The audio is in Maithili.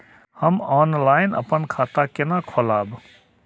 हम ऑनलाइन अपन खाता केना खोलाब?